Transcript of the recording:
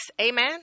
Amen